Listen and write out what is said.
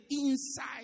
inside